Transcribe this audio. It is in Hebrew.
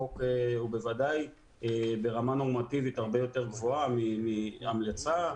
חוק הוא ברמה יותר גבוהה מהמלצה.